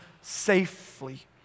safely